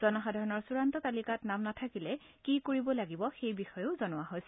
জনসাধাৰণক চুড়ান্ত তালিকাত নাম নাথাকিলে কি কৰিব লাগিব সেই বিষয়েও জনোৱা হৈছে